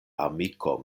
amiko